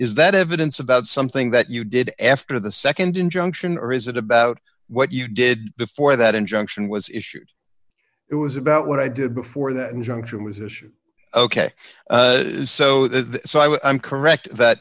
is that evidence about something that you did after the nd injunction or is it about what you did before that injunction was issued it was about what i did before that injunction was issued ok so the so i am correct that